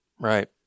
Right